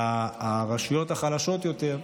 לרשויות החלשות יותר,